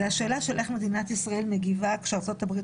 אלא השאלה של איך מדינת ישראל מגיבה כשארצות הברית